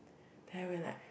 then I went like